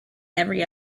every